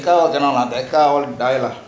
rekha all cannot lah rekha all die lah